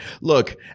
look